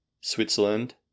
Switzerland